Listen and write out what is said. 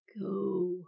go